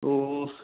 oh